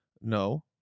no